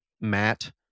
matt